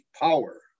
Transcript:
power